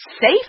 safe